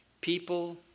People